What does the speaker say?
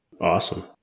awesome